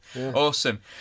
awesome